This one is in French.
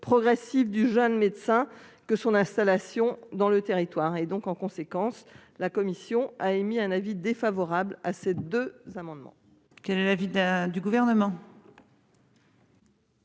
du jeune médecin, que son installation dans le territoire et donc, en conséquence la commission a émis un avis défavorable à ces deux amendements. Quel est l'avis d'un du gouvernement.--